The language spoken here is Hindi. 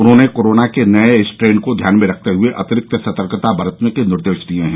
उन्होंने कोरोना के नये स्ट्रेन को ध्यान में रखते हुए अतिरिकत सतर्कता बरतने के निर्देश दिये हैं